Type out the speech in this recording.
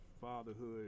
fatherhood